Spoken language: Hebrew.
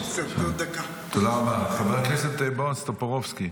חבר הכנסת בועז טופורובסקי,